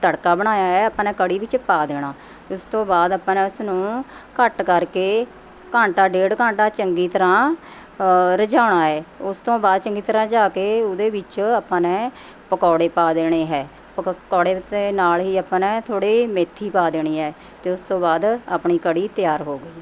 ਤੜਕਾ ਬਣਾਇਆ ਏ ਆਪਾਂ ਨੇ ਕੜ੍ਹੀ ਵਿੱਚ ਪਾ ਦੇਣਾ ਉਸ ਤੋਂ ਬਾਅਦ ਆਪਾਂ ਨੇ ਉਸਨੂੰ ਘੱਟ ਕਰਕੇ ਘੰਟਾ ਡੇਢ ਘੰਟਾ ਚੰਗੀ ਤਰ੍ਹਾਂ ਰਿਝਾਉਣਾ ਏ ਉਸ ਤੋਂ ਬਾਅਦ ਚੰਗੀ ਤਰ੍ਹਾਂ ਰਿਝਾਅ ਕੇ ਉਹਦੇ ਵਿੱਚ ਆਪਾਂ ਨੇ ਪਕੌੜੇ ਪਾ ਦੇਣੇ ਹੈ ਪਕੌੜੇ ਨਾਲ਼ ਹੀ ਆਪਾਂ ਨੇ ਥੋੜ੍ਹੀ ਮੇਥੀ ਪਾ ਦੇਣੀ ਹੈ ਅਤੇ ਉਸ ਤੋਂ ਬਾਅਦ ਆਪਣੀ ਕੜ੍ਹੀ ਤਿਆਰ ਹੋ ਗਈ